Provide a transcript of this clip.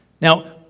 Now